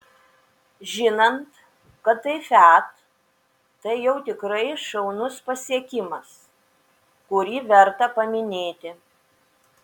žinant kad tai fiat tai jau tikrai šaunus pasiekimas kurį verta paminėti